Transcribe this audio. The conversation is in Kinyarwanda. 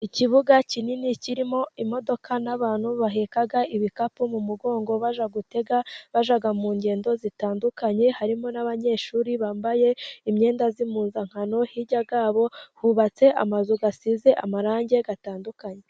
Ikibuga kinini kirimo imodoka n'abantu baheka ibikapu mu mugongo bajya gutega, bajya mu ngendo zitandukanye, harimo n'abanyeshuri bambaye imyenda y'impuzankano, hirya yabo hubatse amazu asize amarangi atandukanye.